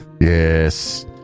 Yes